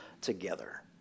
together